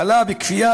האכלה בכפייה,